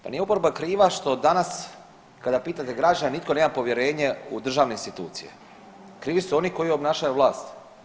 Pa nije oporba kriva što danas kada pitate građane nitko nema povjerenje u državne institucije, krivi su oni koji obnašaju vlast.